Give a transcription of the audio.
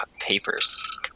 papers